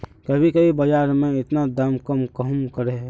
कभी कभी बाजार में इतना दाम कम कहुम रहे है?